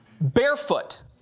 barefoot